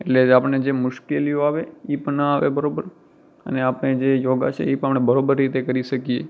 એટલે જે આપણને જે મુશ્કેલીઓ આવે એ પણ ના આવે બરાબર અને આપણે જે યોગા છે એ પણ આપણે બરોબર રીતે કરી શકીએ